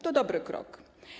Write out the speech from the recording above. To dobry krok.